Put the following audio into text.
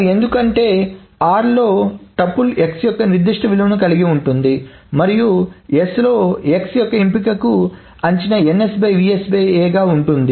అది ఎందుకు ఎందుకంటే r లో టుపుల్ x యొక్క నిర్దిష్ట విలువను కలిగి ఉంటుంది మరియు s లో x యొక్క ఎంపికకు అంచనా ఉంది